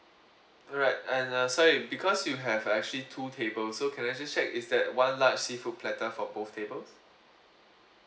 alright and uh sorry because you have actually two tables so can I just check is that one large seafood platter for both tables